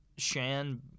Shan